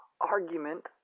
argument